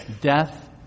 Death